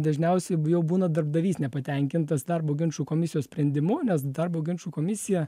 dažniausiai jau būna darbdavys nepatenkintas darbo ginčų komisijos sprendimu nes darbo ginčų komisija